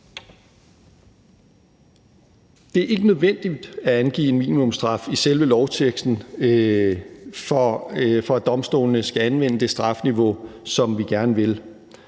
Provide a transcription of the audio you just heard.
Det er ikke nødvendigt at angive en minimumsstraf i selve lovteksten, for at domstolene skal anvende det strafniveau, som vi gerne vil